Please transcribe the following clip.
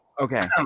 okay